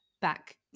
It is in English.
back